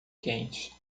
quente